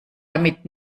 damit